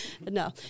No